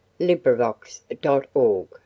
LibriVox.org